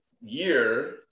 year